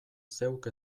zeuk